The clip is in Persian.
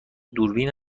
دوربین